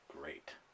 great